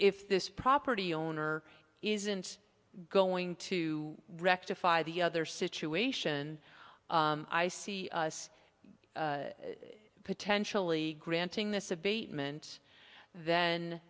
if this property owner isn't going to rectify the other situation i see us potentially granting th